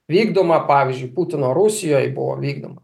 vykdoma pavyzdžiui putino rusijoj buvo vykdoma